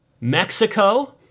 Mexico